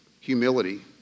humility